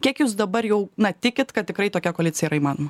kiek jūs dabar jau na tikit kad tikrai tokia koalicija yra įmanoma